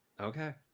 Okay